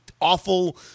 Awful